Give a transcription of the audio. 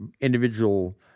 individual